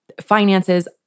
finances